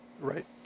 right